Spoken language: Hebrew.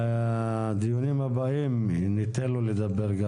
בדיונים הבאים ניתן לו גם לדבר.